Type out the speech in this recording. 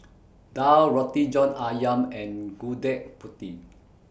Daal Roti John Ayam and Gudeg Putih